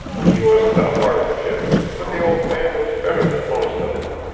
she wasn't a hard ship, for the old man was better than most of them,